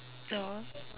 the one